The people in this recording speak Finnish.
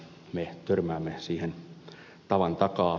me törmäämme siihen tavan takaa